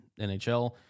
NHL